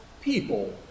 people